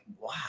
wow